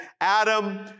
Adam